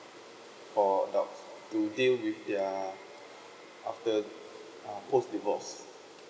for adults to deal with their after uh post divorce